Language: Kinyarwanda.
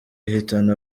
ihitana